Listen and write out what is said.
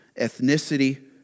ethnicity